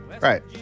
Right